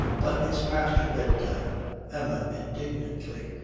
but it's past your bedtime emma, indignantly,